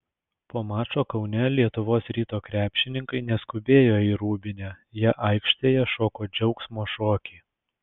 po mačo kaune lietuvos ryto krepšininkai neskubėjo į rūbinę jie aikštėje šoko džiaugsmo šokį